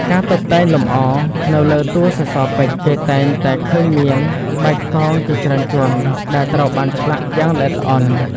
ការតុបតែងលម្អ នៅលើតួសសរពេជ្រ គេតែងតែឃើញមាន ក្បាច់កងជាច្រើនជាន់ ដែលត្រូវបានឆ្លាក់យ៉ាងល្អិតល្អន់។